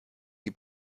die